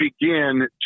begin